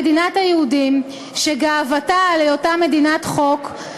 מדינת היהודים שגאוותה על היותה מדינת חוק,